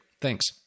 Thanks